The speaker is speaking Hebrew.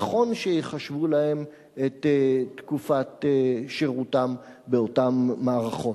נכון שיחשבו להם את תקופת שירותם באותן מערכות.